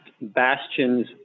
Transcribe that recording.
bastions